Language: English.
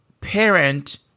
parent